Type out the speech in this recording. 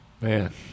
Man